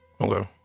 Okay